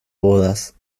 bodas